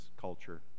culture